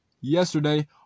yesterday